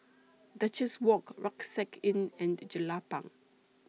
Duchess Walk Rucksack Inn and Jelapang